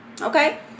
okay